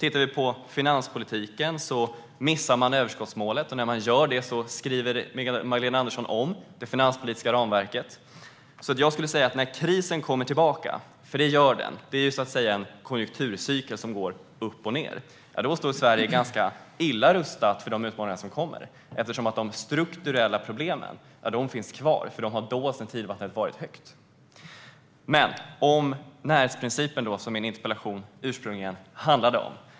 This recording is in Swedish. I finanspolitiken missar man överskottsmålet, och då gör Magdalena Andersson en omskrivning av det finanspolitiska ramverket. När krisen kommer tillbaka - och det gör den, för konjunkturen går upp och ned - står Sverige ganska illa rustat för de utmaningar som kommer eftersom de strukturella problemen finns kvar. De doldes bara när tidvattnet var högt. Tillbaka till närhetsprincipen, som min interpellation ursprungligen handlade om.